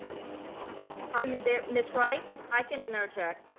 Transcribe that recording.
ah are you there ms. wright? i can interject.